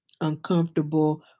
uncomfortable